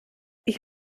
ich